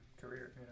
career